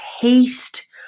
taste